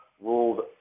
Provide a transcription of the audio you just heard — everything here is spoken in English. ruled